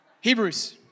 Hebrews